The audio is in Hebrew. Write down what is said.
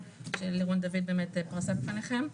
שלירון דוד פרסה בפניכם.